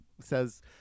Says